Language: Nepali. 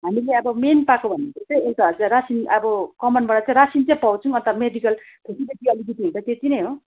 हामीले अब मेन पाएको भनेको चाहिँ एउटा हजुर रासन अब कमानबाट रासन चाहिँ पाउँछौँ अन्त मेडिकल फेसिलिटी अलिकति हुन्छ त्यति नै हो